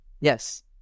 Yes